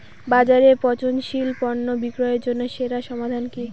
বাজারে পচনশীল পণ্য বিক্রির জন্য সেরা সমাধান কি?